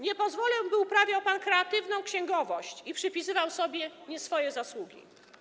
Nie pozwolę, by uprawiał pan kreatywną księgowość i przypisywał sobie nie swoje zasługi.